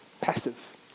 Passive